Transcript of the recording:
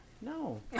No